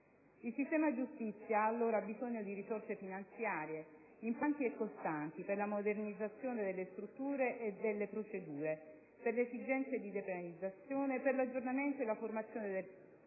Il sistema giustizia ha allora bisogno di risorse finanziarie, importanti e costanti, per la modernizzazione delle strutture e delle procedure, per le esigenze di depenalizzazione, per l'aggiornamento e la formazione del personale.